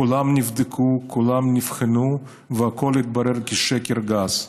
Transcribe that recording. כולן נבדקו, כולן נבחנו, והכול התברר כשקר גס,